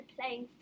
playing